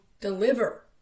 deliver